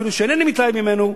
אפילו שאינני מתלהב ממנו.